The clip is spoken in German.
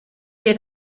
wir